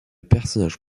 personnage